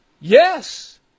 Yes